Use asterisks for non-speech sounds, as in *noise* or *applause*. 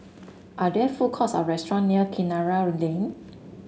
are there food courts or restaurant near Kinara *unintelligible* Lane